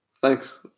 thanks